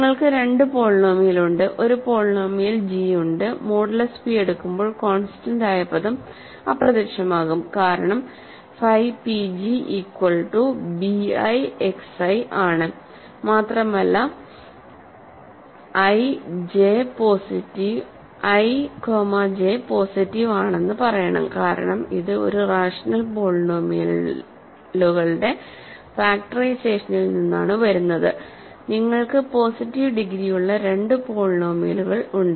നിങ്ങൾക്ക് രണ്ട് പോളിനോമിയൽ ഉണ്ട് ഒരു പോളിനോമിയൽ g ഉണ്ട് മോഡുലസ് പി എടുക്കോമ്പോൾ കോൺസ്റ്റന്റ് ആയ പദം അപ്രത്യക്ഷമാകും കാരണം phi pg equal to bi X i ആണ് മാത്രമല്ല ഐ j പോസിറ്റീവ് ആണെന്ന് പറയണം കാരണം ഇത് ഒരു റാഷണൽ പോളിനോമിയലുകളുടെ ഫാക്ടറൈസേഷനിൽ നിന്നാണ് വരുന്നത് നിങ്ങൾക്ക് പോസിറ്റീവ് ഡിഗ്രി ഉള്ള രണ്ട് പോളിനോമിയലുകൾ ഉണ്ട്